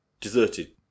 Deserted